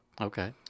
Okay